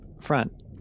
front